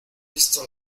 visto